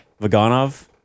Vaganov